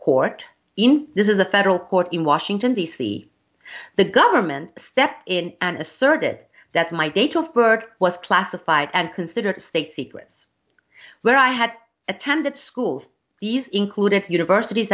court in this is a federal court in washington d c the government stepped in and asserted that my date of birth was classified and considered state secrets where i had attended schools these included universities